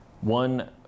One